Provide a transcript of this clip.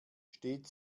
steht